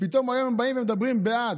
ופתאום היום באים ומדברים בעד,